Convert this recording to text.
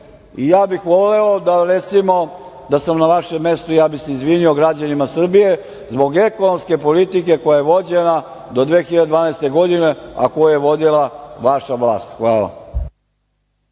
i ja bih voleo… Recimo, da sam na vašem mestu, ja bih se izvinio građanima Srbije zbog ekonomske politike koja je vođena do 2012. godine, a koju je vodila vaša vlast. Hvala.